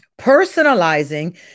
Personalizing